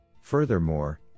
Furthermore